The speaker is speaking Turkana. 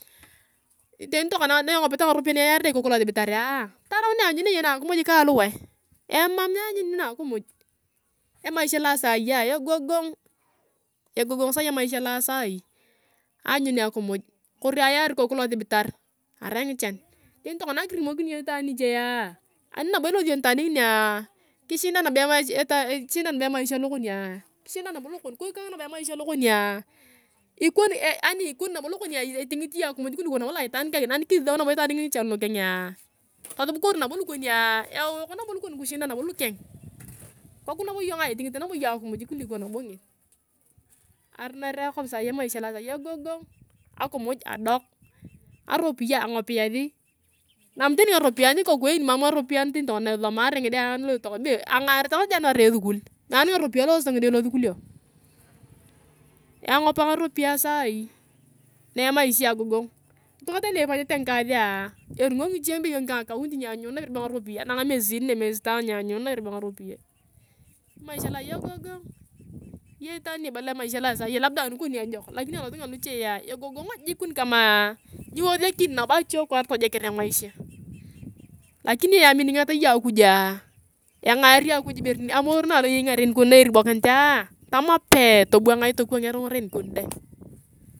Tani tokana na engopeta ngaropiyae na eyarere ikoku losibitaria tarau ni anyunea na akumuj ka aluwae. Emam nianyuni na akimuj emaisha loa saii egogong sai emaisha loa saaii. Anyun akimuj kori ayar ikoku losibitar arai ngichan. tani tokona akirimokin iyong itaan nichea ani nabo ilosi iyong nitaan nginia kishinda nabo emaisha lokonia kishinda nabo lokeng kok kama nabo emaisha lokonia ikoni yani ikoni nabo lokoninitingit iyong akimuj kuliko nabo loa aitaan kangini. Ani kisisau nabo itaan ngini ngichan lukengea tosub kori nabo lukonia itingit iyong akimuj kuliko nabo ngesi. Aruner akop sai emaisha loa saii egogong. Akumuj adok ngaropiyae tani tokona na isisomare ngide lutokona lu angaar tokona january esukul nyanu ngaropiyae eloso ngide losukul. Angopa ngaropiyae sai na emasha agogong. Ngitunga tani ipanyete ngikasea eringa ngiche ebeyio ngika akaunti nyeanyunua ibere ngaropiyae anang miezi nne miezi tano nyeanyununa ibere be ngaropiyae. Emaisha sai egogong iyong itaan ni ibala emaisha loa saia labda anikon ejok lakini alotunga aluchea jik ikoni kamaa niwesekin nabo ache kwaar jik tojeker emaisha lakini iyominingat iyong akujua engari akuj amor una eyei ngaren kon na eribokinita tama pee! Tobwangai tokwanger ngaren kon dae.